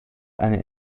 eine